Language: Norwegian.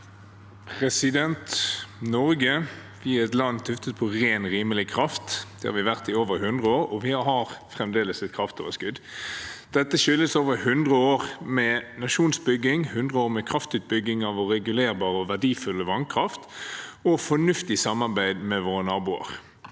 Norge er et land tuftet på ren, rimelig kraft. Det har vi vært i over 100 år, og vi har fremdeles et kraftoverskudd. Dette skyldes over 100 år med nasjonsbygging, 100 år med kraftutbygging av vår regulerbare og verdifulle vannkraft og fornuftig samarbeid med våre naboer.